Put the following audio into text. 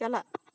ᱪᱟᱞᱟᱜ